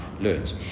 learns